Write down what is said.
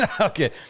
Okay